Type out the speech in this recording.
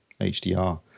HDR